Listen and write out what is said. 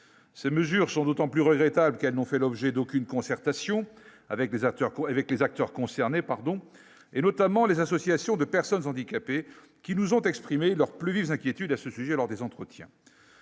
ces mesures sont d'autant plus regrettable qu'elles ont fait l'objet d'aucune concertation avec les acteurs, avec les acteurs concernés, pardon, et notamment les associations de personnes handicapées, qui nous ont exprimé leur plus vive inquiétude à ce sujet lors des entretiens,